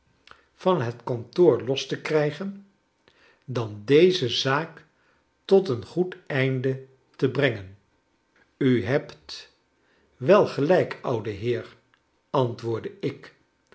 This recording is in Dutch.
van het kantoor los te krijgen dan deze zaak tot een goed einde te brengen u hebt wel gelijk oude heer antwoordde ik